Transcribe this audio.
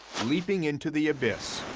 leaping into the abyss.